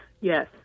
yes